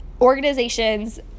organizations